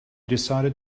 decided